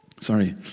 Sorry